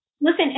Listen